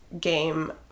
game